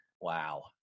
Wow